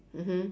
mmhmm